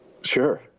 Sure